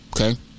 Okay